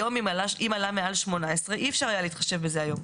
היום אם עלה מעל 18 אי אפשר היה להתחשב בזה היום.